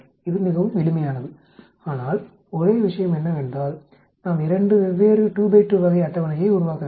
இது மிகவும் எளிமையானது ஆனால் ஒரே விஷயம் என்னவென்றால் நாம் இரண்டு வெவ்வேறு 2 2 வகை அட்டவணையை உருவாக்க வேண்டும்